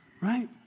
right